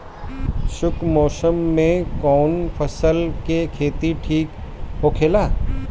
शुष्क मौसम में कउन फसल के खेती ठीक होखेला?